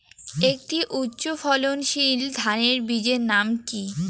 একটি উচ্চ ফলনশীল ধানের বীজের নাম কী?